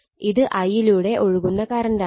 ഇത് I ലൂടെ ഒഴുകുന്ന കറണ്ട് ആണ്